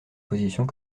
positions